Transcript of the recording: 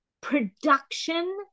production